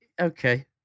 Okay